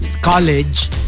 college